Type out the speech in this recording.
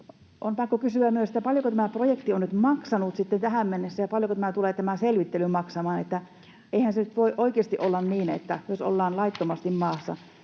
On pakko kysyä myös: paljonko tämä projekti on nyt maksanut tähän mennessä, ja paljonko tulee tämä selvittely maksamaan? Eihän se nyt voi oikeasti olla niin, että jos ollaan laittomasti maassa,